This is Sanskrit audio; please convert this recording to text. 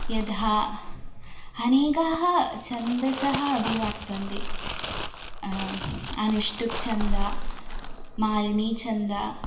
यथा अनेकाः छन्दसः अपि वर्तन्ते अनुष्टुप् छन्दः मालिनी छन्दः